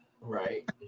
right